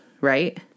right